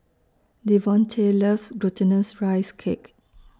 Devonte loves Glutinous Rice Cake